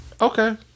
Okay